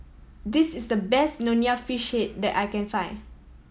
this is the best Nonya Fish Head that I can find